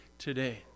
Today